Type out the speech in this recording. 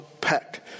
pack